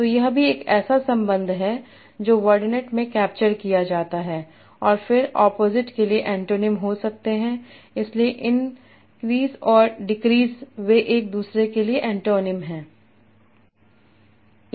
तो यह भी एक ऐसा संबंध है जो वर्डनेट में कैप्चर किया जाता है और फिर ऑपोजिट के लिए एंटोनीम हो सकते हैं इसलिए इनक्रीस और डिक्रीज वे एक दूसरे के लिए एंटोनीम हैं